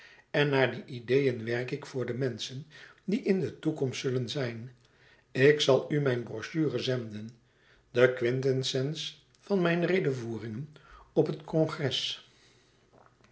en naar die ideeën werk ik voor de menschen die in de toekomst zullen zijn ik zal u mijn brochures zenden de quintessence van mijn redevoeringen op het congres